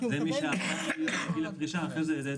כי הוא מקבל --- זה מי שעבר את גיל הפרישה --- אוקיי.